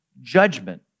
judgment